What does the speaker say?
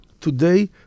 Today